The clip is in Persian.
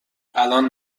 الان